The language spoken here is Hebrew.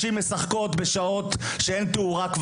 נשים משחקות בשעות בהן כבר אין תאורה,